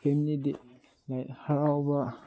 ꯐꯦꯃꯤꯂꯤꯗꯤ like ꯍꯔꯥꯎꯕ